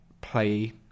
play